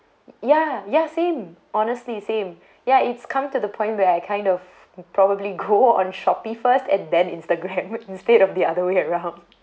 ya ya same honestly same ya it's come to the point where I kind of probably go on shopee first and then instagram instead of the other ways around